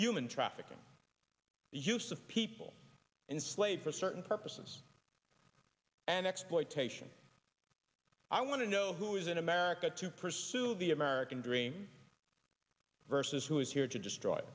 human trafficking the use of people in slave for certain purposes and exploitation i want to know who is in america to pursue the american dream versus who is here to destroy